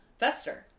Vester